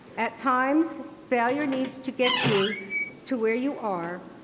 at times, failure needs to get you to where you are,